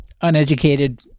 uneducated